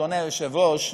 אדוני היושב-ראש,